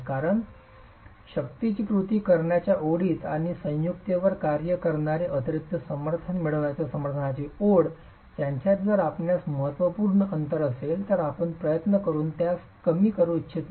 कारण शक्तीची कृती करण्याच्या ओळीत आणि संयुक्ततेवर कार्य करणारे अतिरिक्त समर्थन मिळविण्याच्या समर्थनाची ओळ यांच्यात जर आपणास महत्त्वपूर्ण अंतर असेल तर आपण प्रयत्न करुन त्यास कमी करू इच्छित नाही